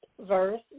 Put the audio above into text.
verse